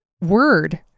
word